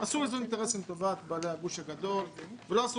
עשו איזון אינטרסים לטובת בעלי הגוש הגדול ולא עשו